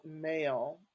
male